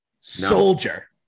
Soldier